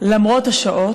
למרות השעות